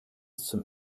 zum